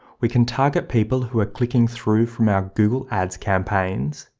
we can target people who are clicking through from our google ads campaigns,